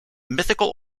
mythical